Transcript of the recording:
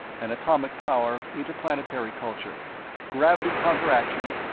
an atomic-power, interplanetary culture gravity-counteraction,